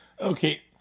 Okay